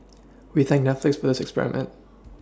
we thank Netflix for this experiment